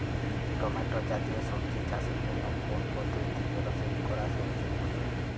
Tomato জাতীয় সবজি চাষের জন্য কোন পদ্ধতিতে জলসেচ করা সবচেয়ে উপযোগী?